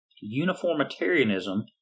Uniformitarianism